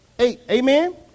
Amen